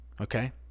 Okay